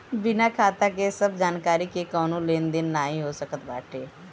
बिना खाता के सब जानकरी के कवनो लेन देन नाइ हो सकत बाटे